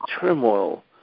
turmoil